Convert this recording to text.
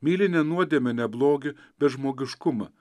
myli ne nuodėmę ne blogį bet žmogiškumą